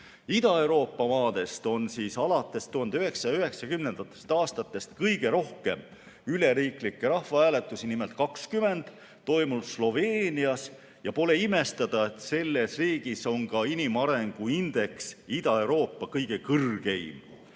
Ida-Euroopa maadest on alates 1990. aastatest kõige rohkem üleriiklikke rahvahääletusi, nimelt 20, toimunud Sloveenias. Pole imestada, et selles riigis on ka inimarengu indeks Ida-Euroopa kõige kõrgem.